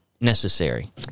necessary